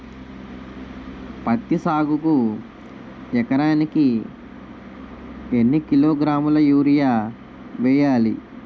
పత్తి సాగుకు ఎకరానికి ఎన్నికిలోగ్రాములా యూరియా వెయ్యాలి?